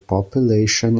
population